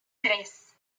tres